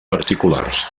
particulars